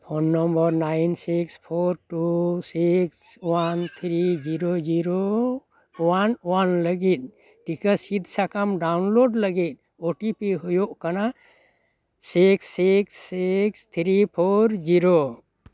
phone number nine six four two six one three zero zero one one ᱞᱟᱹᱜᱤᱫ ᱴᱤᱠᱟᱹ ᱥᱤᱫ ᱥᱟᱠᱟᱢ download ᱞᱟᱹᱜᱤᱫ ᱳᱴᱤᱯᱤ ᱦᱩᱭᱩᱜ ᱠᱟᱱᱟ six six three four zero